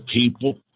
people